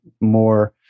more